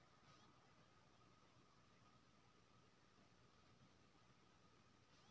technology माध्यमसँ food security संगे supply chain सेहो बनाएल जाइ छै